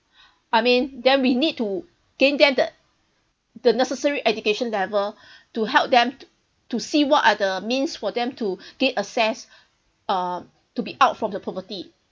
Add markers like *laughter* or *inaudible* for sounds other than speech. I mean then we need to gain them the necessary education level *breath* to help them to see what are the means for them to gain access uh to be out from the poverty